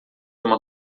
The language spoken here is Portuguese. uma